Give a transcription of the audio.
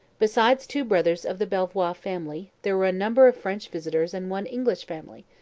besides two brothers of the belvoir family, there were a number of french visitors and one english family,